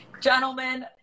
gentlemen